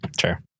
sure